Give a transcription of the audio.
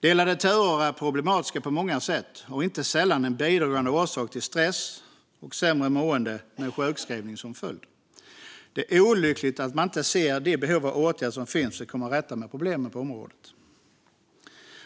Delade turer är problematiska på många sätt, och de är inte sällan en bidragande orsak till stress och sämre mående med sjukskrivning som följd. Det är olyckligt att man inte ser de behov av åtgärder som finns för att komma till rätta med problemen på området.